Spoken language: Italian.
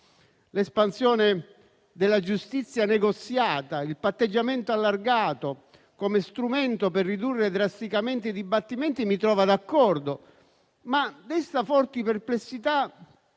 L'espansione della giustizia negoziata, il patteggiamento allargato come strumento per ridurre drasticamente i dibattimenti mi trova d'accordo, ma desta forti perplessità